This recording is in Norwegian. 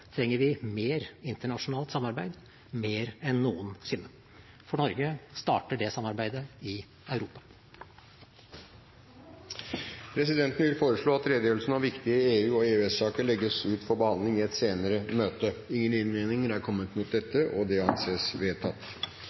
trenger vi mer internasjonalt samarbeid, mer enn noensinne. For Norge starter det samarbeidet i Europa. Presidenten vil foreslå at redegjørelsen om viktige EU- og EØS-saker legges ut for behandling i et senere møte. Ingen innvendinger er kommet mot dette. – Det anses vedtatt.